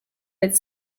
its